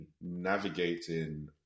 navigating